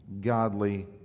godly